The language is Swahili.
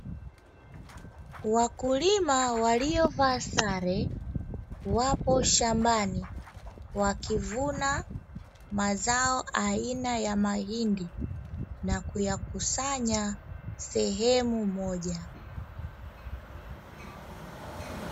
Wakulima waliovaa sare wapo shambani wakivuna mazao aina ya mahindi na kuyakusanya sehemu moja.